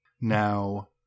Now